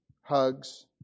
hugs